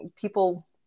people